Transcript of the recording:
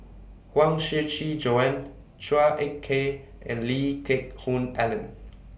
Huang Shiqi Joan Chua Ek Kay and Lee Geck Hoon Ellen